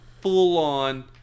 full-on